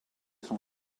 son